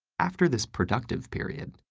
after this productive period,